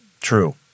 true